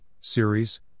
Series